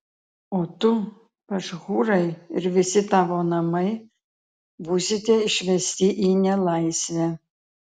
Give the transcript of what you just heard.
o tu pašhūrai ir visi tavo namai būsite išvesti į nelaisvę